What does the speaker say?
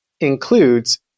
includes